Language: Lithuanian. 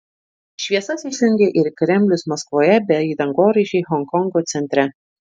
šviesas išjungė ir kremlius maskvoje bei dangoraižiai honkongo centre